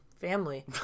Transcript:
family